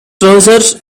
trousers